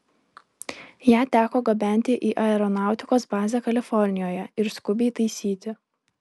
ją teko gabenti į aeronautikos bazę kalifornijoje ir skubiai taisyti